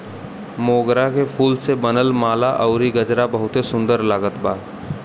मोगरा के फूल से बनल माला अउरी गजरा बहुते सुन्दर लागत बा